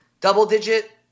double-digit